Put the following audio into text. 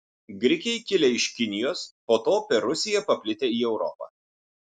grikiai kilę iš kinijos po to per rusiją paplitę į europą